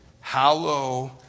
Hallow